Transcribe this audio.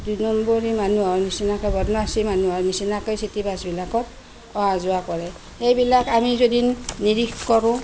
দুই নম্বৰী মানুহৰ নিচিনাকে বদমাছী মানুহৰ নিচিনাকে চিটিবাছ বিলাকত অহা যোৱা কৰে এইবিলাক আমি যদি নিৰিখ কৰোঁ